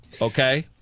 Okay